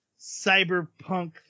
cyberpunk